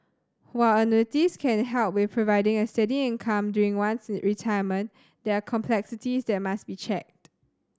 while annuities can help with providing a steady income during one's retirement there are complexities that must be checked